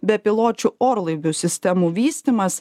bepiločių orlaivių sistemų vystymas